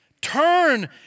turn